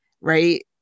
right